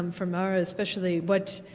um for mara especially, but